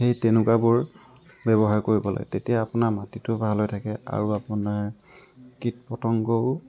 সেই তেনেকুৱাবোৰ ব্যৱহাৰ কৰিব লাগে তেতিয়া আপোনাৰ মাটিটো ভাল হৈ থাকে আৰু আপোনাৰ কীট পতংগও